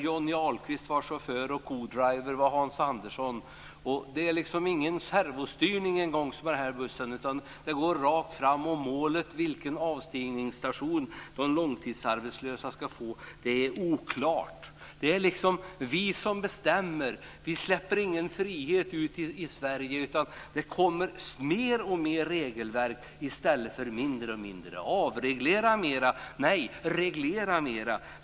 Johnny Ahlqvist var chaufför och Hans Andersson hans codriver. Det är ingen servostryning på den bussen, utan den går rakt fram. Målet, avstigningsstationen för de långtidsarbetslösa, är oklart. Det är vi som bestämmer. Vi släpper inte fram någon frihet i Sverige, utan det kommer mer och mer regelverk i stället för mindre. Avreglera mera - nej, reglera mera.